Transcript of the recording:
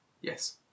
Yes